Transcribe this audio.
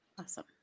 awesome